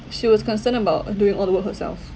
she was concerned about uh doing all the work herself